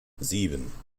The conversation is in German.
sieben